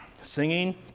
Singing